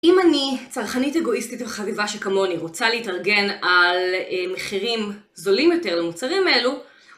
אם אני צרכנית אגואיסטית וחביבה שכמוני רוצה להתארגן על מחירים זולים יותר למוצרים האלו